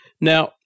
Now